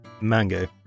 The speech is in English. mango